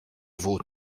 vos